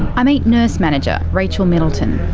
i meet nurse manager rachel middleton.